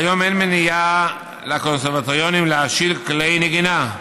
כיום לקונסרבטוריונים אין מניעה להשאיל כלי נגינה,